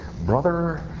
Brother